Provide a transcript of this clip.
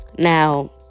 Now